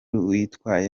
witwaye